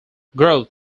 growth